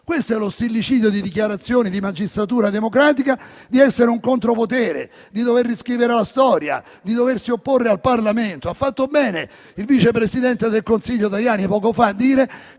questo è lo stillicidio di dichiarazioni di Magistratura democratica - di essere un contropotere, di riscrivere la storia, di opporsi al Parlamento. Ha fatto bene il vice presidente del Consiglio Tajani, poco fa, a dire